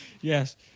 Yes